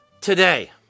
Today